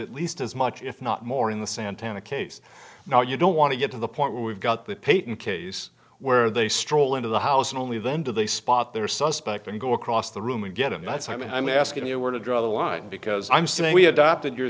at least as much if not more in the santana case now you don't want to get to the point where we've got the peyton case where they stroll into the house and only then do they spot their suspect and go across the room again and that's i mean i'm asking you where to draw the line because i'm saying we adopted your